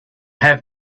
have